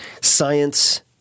science